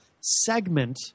segment